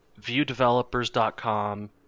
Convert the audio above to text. ViewDevelopers.com